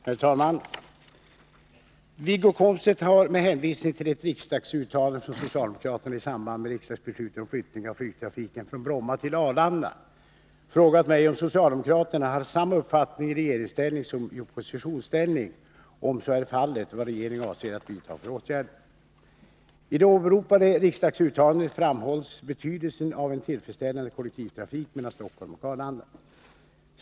Herr talman! Wiggo Komstedt har, med hänvisning till ett riksdagsuttalande från socialdemokraterna i samband med riksdagsbeslutet om flyttning av flygtrafiken från Bromma till Arlanda, frågat mig om socialdemokraterna har samma uppfattning i regeringsställning som i oppositionsställning och om så är fallet vad regeringen avser att vidtaga för åtgärder. I det åberopade riksdagsuttalandet framhålls betydelsen av en tillfredsställande kollektivtrafik mellan Stockholm och Arlanda.